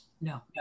No